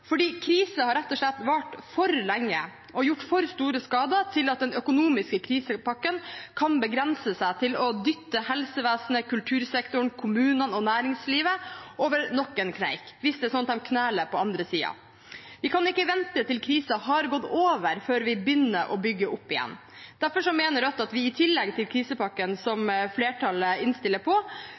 har rett og slett vart for lenge og gjort for store skader til at den økonomiske krisepakken kan begrenses til å dytte helsevesenet, kultursektoren, kommunene og næringslivet over nok en kneik, hvis det er sånn at de kneler på andre siden. Vi kan ikke vente til krisen har gått over før vi begynner å bygge opp igjen. Derfor mener Rødt at vi i tillegg til krisepakken som flertallet innstiller,